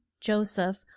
Joseph